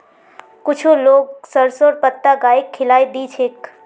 कुछू लोग सरसोंर पत्ता गाइक खिलइ दी छेक